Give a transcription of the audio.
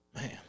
Man